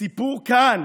הסיפור כאן